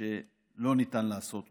דבר שלא ניתן לעשות אותו.